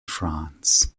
france